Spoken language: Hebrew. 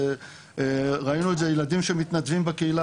ראינו ילדים שמתנדבים בקהילה,